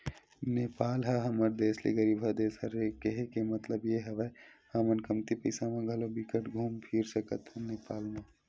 नेपाल ह हमर देस ले गरीबहा देस हरे, केहे के मललब ये हवय हमन कमती पइसा म घलो बिकट घुम फिर सकथन नेपाल म